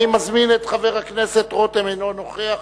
אני מזמין את חבר הכנסת רותם, אינו נוכח.